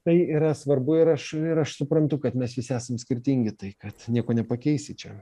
tai yra svarbu ir aš ir aš suprantu kad mes visi esam skirtingi tai kad nieko nepakeisi čia